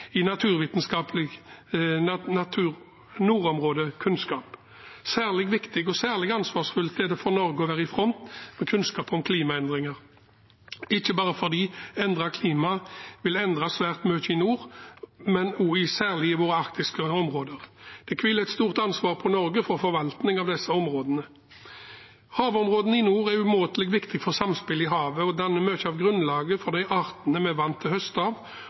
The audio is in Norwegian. i naturvitenskapelig nordområdekunnskap. Særlig viktig og ansvarsfullt er det for Norge å være i front med kunnskap om klimaendringer, ikke bare fordi endret klima vil endre svært mye i nord, men også særlig i våre arktiske områder. Det hviler et stort ansvar på Norge for forvaltning av disse områdene. Havområdene i nord er umåtelig viktig for samspillet i havet og danner mye av grunnlaget for de artene vi er vant til